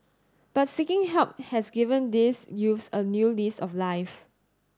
but seeking help has given these youths a new lease of life